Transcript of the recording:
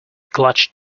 clutched